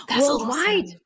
worldwide